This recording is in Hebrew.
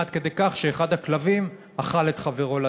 עד כדי כך שאחד הכלבים אכל את חברו,